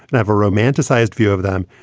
never romanticized view of them.